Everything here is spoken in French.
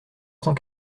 cent